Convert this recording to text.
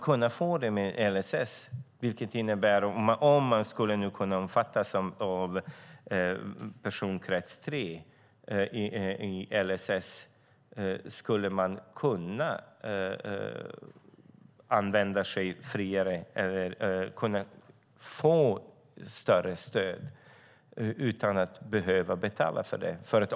Om man skulle kunna omfattas av personkrets 3 i LSS skulle man kunna få mer stöd utan att behöva betala för det.